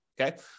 okay